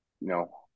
no